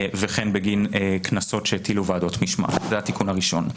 וכן בגין קנסות שהטילו ועדות משמעות זה התיקון הראשון.